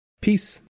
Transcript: Peace